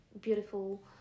beautiful